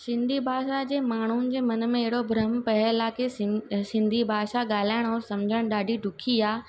सिंधी भाषा जे माण्हुनि जे मन में अहिड़ो भ्रम पइल आहे के सिं अ सिंधी भाषा ॻाल्हाइण ऐं सम्झण ॾाढी ॾुखी आहे